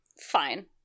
fine